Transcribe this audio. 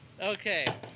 Okay